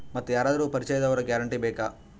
ಮತ್ತೆ ಯಾರಾದರೂ ಪರಿಚಯದವರ ಗ್ಯಾರಂಟಿ ಬೇಕಾ?